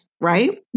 Right